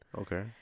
Okay